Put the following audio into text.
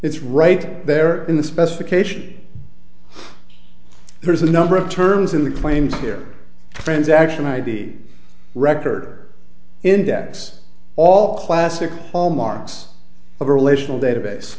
it's right there in the specification there's a number of terms in the claims here friends action id record index all classic hallmarks of a relational database